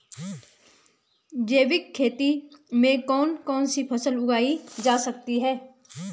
जैविक खेती में कौन कौन सी फसल उगाई जा सकती है?